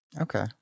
Okay